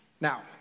Now